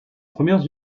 premières